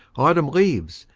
autumn leaves.